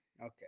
Okay